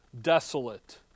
desolate